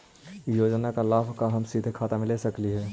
योजना का लाभ का हम सीधे खाता में ले सकली ही?